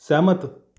ਸਹਿਮਤ